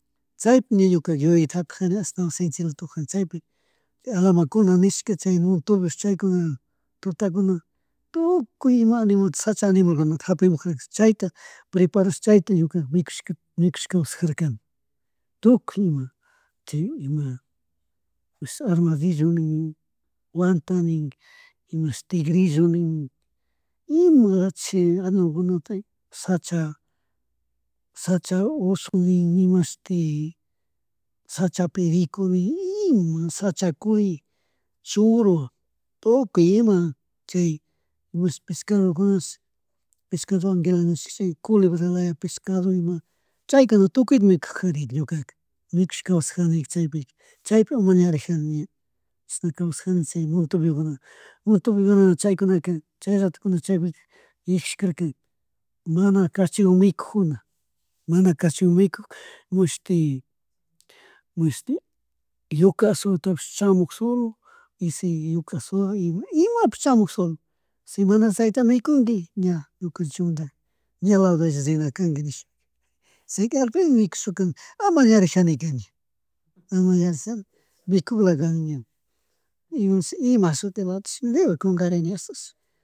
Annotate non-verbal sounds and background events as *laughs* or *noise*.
Chaypi ña ñuka uyayta japijarlani ashtawan shinchilatukujani chaypi *noise* chaypi *noise* Alamakuna nishka chay *unintelligible* chaykuna tutakuna tukuy ima animal shacha animalukan japimujanchik chayta *hesitation* preparash chayta ñuka mikushka kawsarakani tuky ima *noise* chay ima aramadillo nin, wanta nin, *noise* imashu tigrillo nin ima lachik animalkuna chay shacha, shacha oso nin imashuti, shacha periku nin ima *hesitation* shacha kuy churu tukuy ima chay pescadokunapish pescadokunawan chay culebra laya pescado ima chaykunata tukuyta mikujarnika ñukaka mikushka kawsajarkani chaypika *noise* chaypi amañarijanina ña chishna kawsajarkani chay montuviokunawan riokunapi *noise* montuviokunaka chaykunaka chayratukunaka chaypi <> mosie nijishkarka mana kachiyuk mikujuna mana cachiiyuk mikuj mashti, *noise* mashiti yuka atzuatapish chamuk solo y sin, yukasolo y imapish chamuksolo si mana chayta mikungui ña ñukanchimuntaka ña ladoranikangui nishpa *laughs* chayka al fin mikushaka *noise* amañarik janika ña amañrishala mikuklakani ña, y nose imashutilachi libre kungarini ashtawanshi.